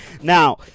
Now